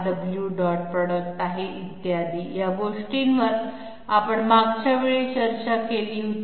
Rw dot product आहे इत्यादी या गोष्टींवर आपण मागच्या वेळी चर्चा केली होती